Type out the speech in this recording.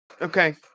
Okay